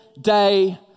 day